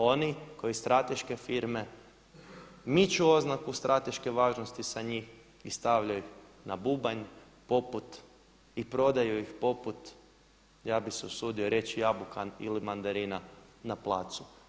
Oni koji strateške firmu miču oznaku strateške važnosti sa njih i stavljaju ih na bubanj poput i prodaju ih poput ja bih se usudio reći jabuka ili mandarina na placu.